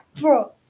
bro